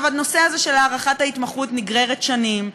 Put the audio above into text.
נושא הארכת ההתמחות נגרר שנים.